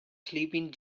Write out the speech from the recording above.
sleeping